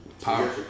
power